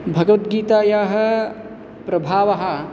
भगवद्गीतायाः प्रभावाः